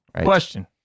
Question